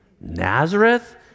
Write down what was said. Nazareth